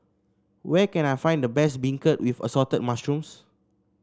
where can I find the best beancurd with Assorted Mushrooms